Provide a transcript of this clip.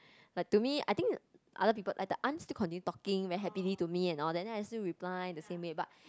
but to me I think other people like the aunt still continue talking very happily to me and all that and I still reply the same way but